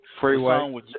Freeway